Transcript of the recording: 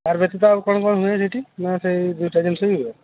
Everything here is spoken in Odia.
ତା'ର ବ୍ୟତୀତ ଆଉ କ'ଣ କ'ଣ ହୁଏ ସେଇଠି ନା ସେଇ ଦୁଇଟା ଜିନିଷ ହିଁ ହୁଏ